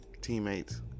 teammates